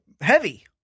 heavy